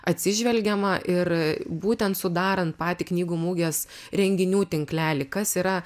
atsižvelgiama ir būtent sudarant patį knygų mugės renginių tinklelį kas yra